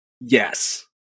yes